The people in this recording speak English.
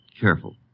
careful